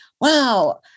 wow